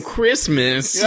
Christmas